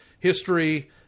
history